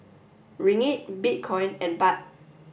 Ringgit Bitcoin and Baht